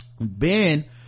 ben